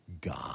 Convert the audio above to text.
God